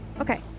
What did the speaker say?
Okay